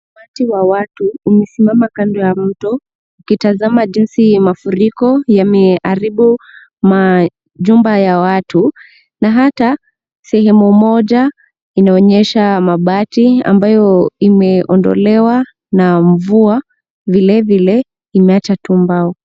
Umati wa watu umesimama kando ya mto ukitazama jinsi mafuriko yameharibu majumba ya watu na hata sehemu moja inaonyesha mabati ambayo imeondolewa na mvua vile vile imeacha tu mbao.